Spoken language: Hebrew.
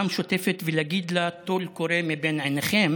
המשותפת ולהגיד לה "טלו קורה מבין עיניכם"